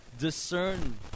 discern